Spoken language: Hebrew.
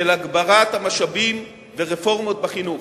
של הגברת המשאבים ורפורמות בחינוך.